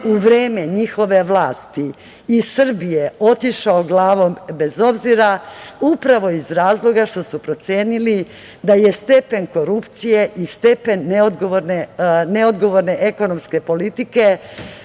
u vreme njihove vlasti, iz Srbije otišao glavom bez obzira, upravo iz razloga što su procenili da je stepen korupcije i stepen neodgovorne ekonomske politike